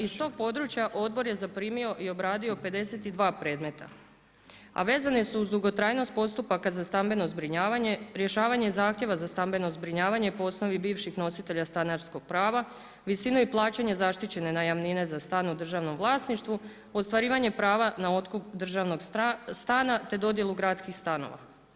Iz tog područja odbor je zaprimio i obradio 52 predmeta a vezane su uz dugotrajnost postupaka za stambeno zbrinjavanje, rješavanje zahtjeva za stambeno zbrinjavanje po osnovi bivših nositelja stanarskog prava, visinu i plaćanje zaštićene najamnine za stan u državnom vlasništvu, ostvarivanje prava na otkup državnog stana, te dodjelu gradskih stanova.